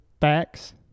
facts